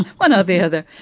one or the other.